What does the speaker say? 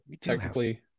technically